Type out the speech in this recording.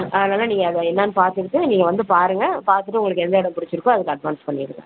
அதனால் நீங்கள் அதை என்னா பார்த்துக்கட்டு நீங்கள் வந்து பாருங்க பார்த்துட்டு உங்களுக்கு எந்த இடம் பிடிச்சிருக்கோ அதுக்கு அட்வான்ஸ் பண்ணியிருங்க